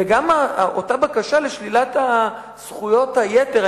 וגם אותה בקשה לשלילת זכויות היתר,